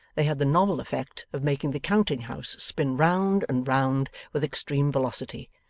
they had the novel effect of making the counting-house spin round and round with extreme velocity,